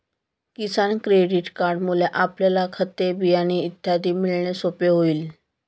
किसान credit कार्डमुळे आपल्याला खते, बियाणे इत्यादी मिळणे सोपे होईल